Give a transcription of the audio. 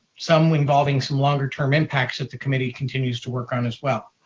some involving some longer term impacts that the committee continues to work on as well.